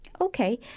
Okay